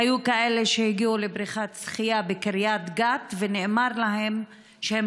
היו כאלה שהגיעו לבריכת שחייה בקריית גת ונאמר להם שהם